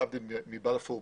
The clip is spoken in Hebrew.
להבדיל מבלפור,